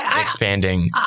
expanding